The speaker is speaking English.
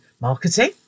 marketing